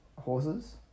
horses